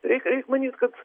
reik reik manyt kad